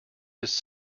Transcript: this